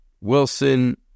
Wilson